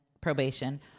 probation